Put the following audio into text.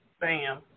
Bam